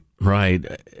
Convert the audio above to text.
right